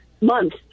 month